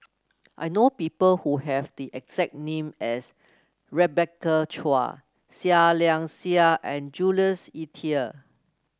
I know people who have the exact name as Rebecca Chua Seah Liang Seah and Jules Itier